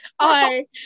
Hi